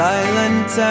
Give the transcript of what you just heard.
Silent